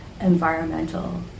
environmental